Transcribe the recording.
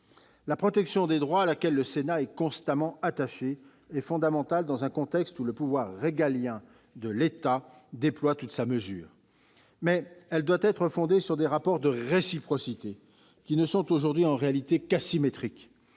La protection des droits, à laquelle le Sénat est constamment attaché, est fondamentale dans un contexte où le pouvoir régalien de l'État déploie toute sa mesure, mais elle doit être fondée sur des rapports de réciprocité. Or ces rapports sont aujourd'hui asymétriques.